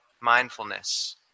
mindfulness